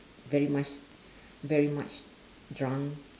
very much very much drunk